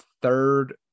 third